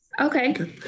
Okay